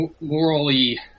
morally